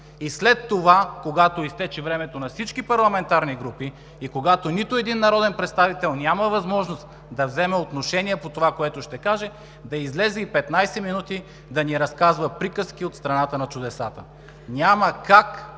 и след това, когато изтече времето на всички парламентарни групи и когато нито един народен представител няма възможност да вземе отношение по това, което ще каже, да излезе и 15 минути да ни разказва приказки от страната на чудесата. Няма как,